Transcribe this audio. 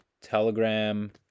Telegram